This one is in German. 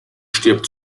stirbt